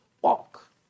walk